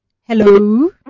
hello